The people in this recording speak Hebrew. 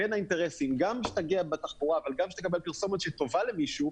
גם שתגיע בתחבורה אבל גם שתקבל פרסומת שטובה למישהו,